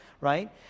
right